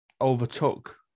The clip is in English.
overtook